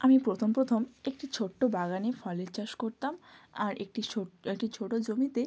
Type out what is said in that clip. আমি প্রথম প্রথম একটি ছোট্টো বাগানে ফলের চাষ করতাম আর একটি ছোটো একটি ছোট্টো জমিতে